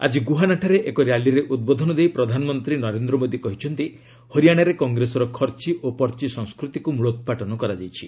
ଆଜି ଗ୍ରହାନାଠାରେ ଏକ ର୍ୟାଲିରେ ଉଦ୍ବୋଧନ ଦେଇ ପ୍ରଧାନମନ୍ତ୍ରୀ ନରେନ୍ଦ୍ର ମୋଦୀ କହିଛନ୍ତି ହରିଆଣାରେ କଂଗ୍ରେସର ଖର୍ଚ୍ଚ ଓ ପର୍ଚ୍ଚ ସଂସ୍କୃତିକୁ ମୃଳୋପାଟନ କରାଯାଇଛି